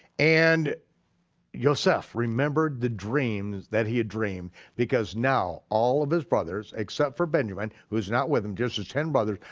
and yoseph remembered the dreams that he had dreamed because now all of his brothers, except for benjamin who's not with them, just his ten brothers,